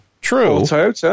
true